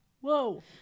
Whoa